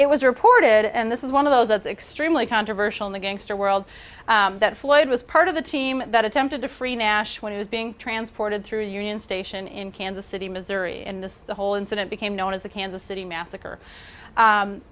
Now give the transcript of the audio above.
it was reported and this is one of those that's extremely controversial in the gangster world that floyd was part of the team that attempted to free nash when he was being transported through union station in kansas city missouri and this whole incident became known as the kansas city massacre